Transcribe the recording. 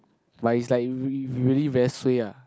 but it's like if you if you really very suay lah